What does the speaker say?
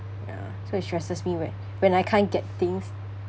ya so it stresses me whe~ when I can't get things